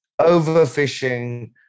overfishing